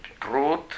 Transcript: truth